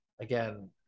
again